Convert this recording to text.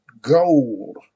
gold